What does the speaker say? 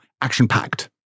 action-packed